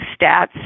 stats